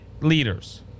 leaders